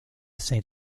saint